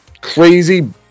crazy